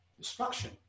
Destruction